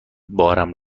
بارم